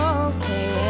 okay